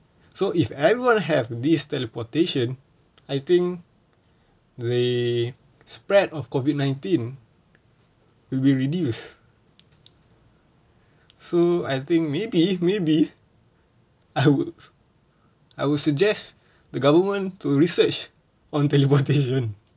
so if everyone have these teleportation I think they spread of COVID nineteen will be reduced so I think maybe maybe I would I would suggest the government to research on teleportation